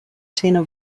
tenor